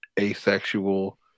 asexual